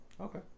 Okay